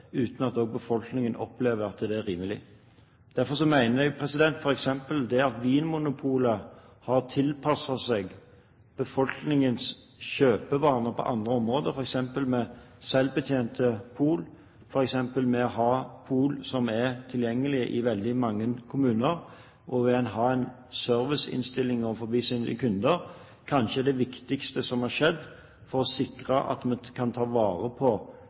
at det er rimelig. Derfor mener jeg at det at Vinmonopolet har tilpasset seg befolkningens kjøpevaner på andre områder, f.eks. med selvbetjente pol, ved å ha pol som er tilgjengelige i veldig mange kommuner og ved å ha en serviceinnstilling overfor sine kunder, kanskje er det viktigste som har skjedd for å sikre at vi tar vare på